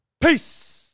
Peace